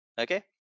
Okay